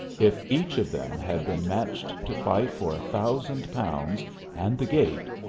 if each of them had been matched to fight for a thousand pounds and the gate,